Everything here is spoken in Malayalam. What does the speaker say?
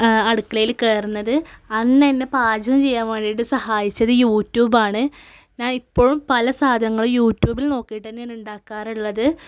അടുക്കളയിൽ കയറുന്നത് അന്ന് എന്നെ പാചകം ചെയ്യാൻ വേണ്ടിയിട്ട് സഹായിച്ചത് യൂട്യൂബ് ആണ് ഞാൻ ഇപ്പോഴും പല സാധനങ്ങളും യൂട്യൂബ് നോക്കിയാണ് ഉണ്ടാക്കാറുള്ളത്